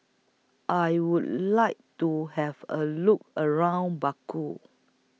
I Would like to Have A Look around Baku